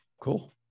Cool